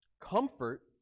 Comfort